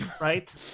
right